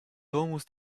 almost